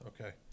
okay